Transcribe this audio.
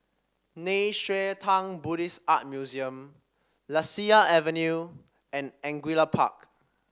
Nei Xue Tang Buddhist Art Museum Lasia Avenue and Angullia Park